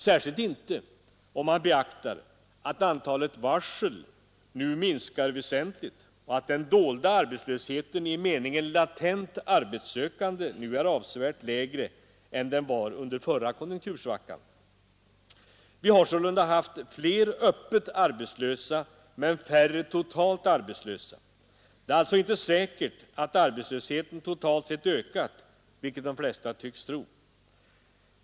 Särskilt gäller detta om man beaktar att antalet varsel nu minskat väsentligt och att den dolda arbetslösheten i meningen latent arbetssökande nu är avsevärt lägre än den var under förra konjunktursvackan. Vi har sålunda haft fler öppet arbetslösa men färre totalt arbetslösa. Det är alltså inte säkert att arbetslösheten totalt sett ökat, vilket de flesta tycks tro.